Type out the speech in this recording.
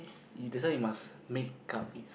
you that's why you must makeup it's